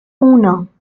uno